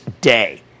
day